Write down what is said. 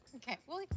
okay, well. like